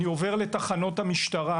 אני עובר לתחנות המשטרה,